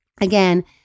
Again